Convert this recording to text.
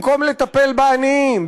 במקום לטפל בעניים,